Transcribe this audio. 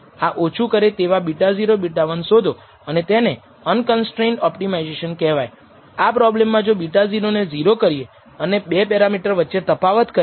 હવે તમે SS total t ની યોગ્યતા તરીકે અલગ કરી શકો છો જો આપણે કોન્સ્ટન્ટ મોડેલ ધારીએ તો આપણે SSEને રેખીય મોડેલની શ્રેષ્ઠતા તરીકે અર્થઘટન કરી શકીએ છીએ અને તેથી હવે આપણે પરીક્ષણ કરવા માટે આનો ઉપયોગ કરી શકીએ છીએ